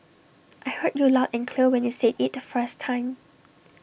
I heard you loud and clear when you said IT the first time